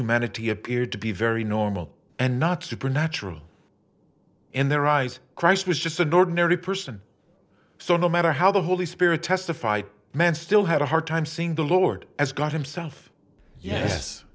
humanity appeared to be very normal and not supernatural in their eyes christ was just an ordinary person so no matter how the holy spirit testified men still had a hard time seeing the lord as god himself yes